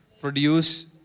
produce